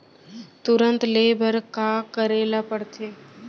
तुरंत लोन ले बर का करे ला पढ़थे?